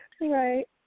Right